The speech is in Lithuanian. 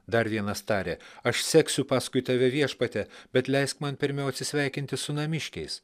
dar vienas tarė aš seksiu paskui tave viešpatie bet leisk man pirmiau atsisveikinti su namiškiais